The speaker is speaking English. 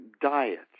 diets